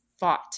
fought